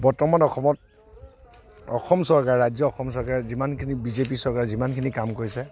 বৰ্তমান অসমত অসম চৰকাৰে ৰাজ্য়ৰ অসম চৰকাৰে যিমানখিনি বিজেপি চৰকাৰে যিমানখিনি কাম কৰিছে